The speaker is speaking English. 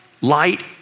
light